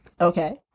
Okay